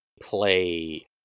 play